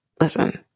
listen